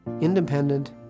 Independent